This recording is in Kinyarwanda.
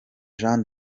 jean